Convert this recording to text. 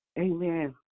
Amen